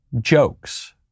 jokes